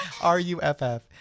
R-U-F-F